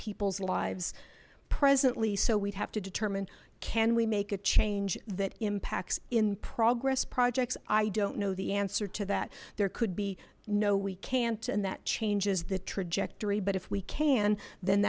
people's lives presently so we'd have to determine can we make a change that impacts in progress projects i don't know the answer to that there could be no we can't and that changes the trajectory but if we can then